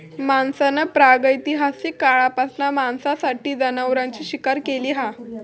माणसान प्रागैतिहासिक काळापासना मांसासाठी जनावरांची शिकार केली हा